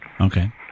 Okay